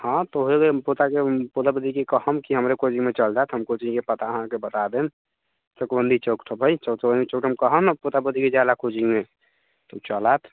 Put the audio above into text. हँ तऽ ओहि पोताके पोता पोतीके कहम की हमरे कोचिङ्गमे चल जाएत हम कोचिङ्गके पता अहाँके बता देम चकबन्दी चौकपर हइ चकबन्दी चौकपर कहबै ने पोता पोतीके जाएलए कोचिङ्गमे त ओ चलि आएत